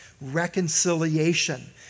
reconciliation